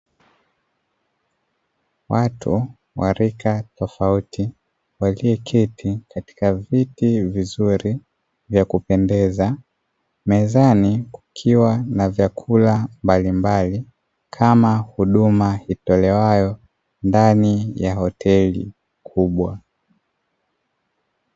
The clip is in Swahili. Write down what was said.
Watu wa rika tofauti walioketi katika viti vizuri vya kupendeza, mezani kukiwa na vyakula mbalimbali kama huduma itolewayo ndani ya hoteli kubwa.